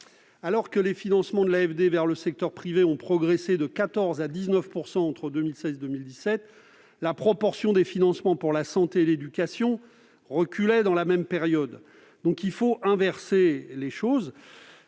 Alors que les financements de l'AFD vers le secteur privé ont progressé de 14 à 19 % entre 2016 et 2017, la proportion des financements pour la santé et l'éducation a reculé durant la même période. Il faut inverser la